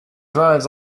drives